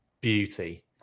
beauty